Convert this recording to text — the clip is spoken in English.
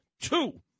two